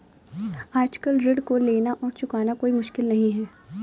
आजकल ऋण को लेना और चुकाना कोई मुश्किल नहीं है